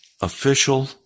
official